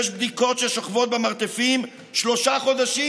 יש בדיקות ששוכבות במרתפים שלושה חודשים,